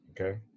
Okay